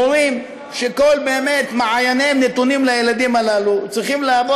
מורים שכל מעייניהם נתונים לילדים הללו צריכים לעבוד